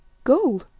gold,